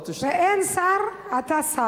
משכורת סגן שר, לא, באין שר, אתה שר.